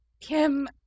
Kim